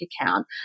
account